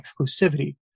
exclusivity